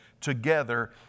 together